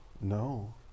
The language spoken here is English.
No